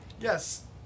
yes